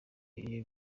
iyo